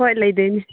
ꯍꯣꯏ ꯂꯩꯗꯣꯏꯅꯦ